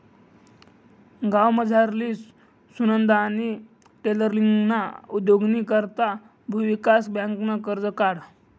गावमझारली सुनंदानी टेलरींगना उद्योगनी करता भुविकास बँकनं कर्ज काढं